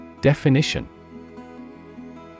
Definition